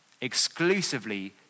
exclusively